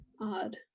odd